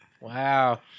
Wow